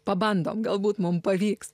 pabandome galbūt mums pavyks